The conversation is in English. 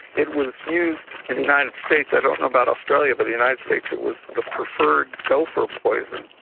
it was used in the united states, i don't know about australia, but the united states it was the preferred gopher poison.